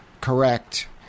correct